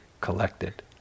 collected